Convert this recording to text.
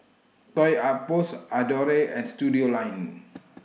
Toy Outpost Adore and Studioline